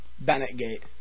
Bennett-gate